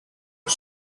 the